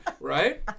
right